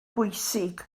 bwysig